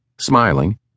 Smiling